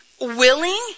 willing